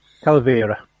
Calavera